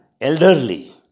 elderly